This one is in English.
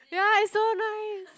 ya it's so nice